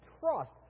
trust